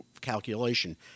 calculation